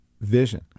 Vision